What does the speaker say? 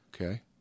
okay